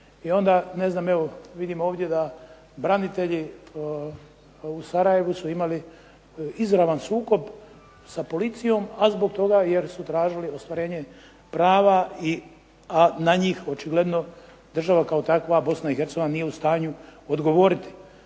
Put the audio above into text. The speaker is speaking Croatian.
i onda ne znam evo vidim ovdje da branitelji u Sarajevu su imali izravan sukob sa policijom, a zbog toga jer su tražili ostvarenje prava, a na njih očigledno država kao takva Bosna i Hercegovina nije u stanju odgovoriti.